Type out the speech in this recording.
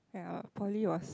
ya poly was